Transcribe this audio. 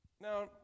Now